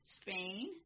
Spain